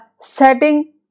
setting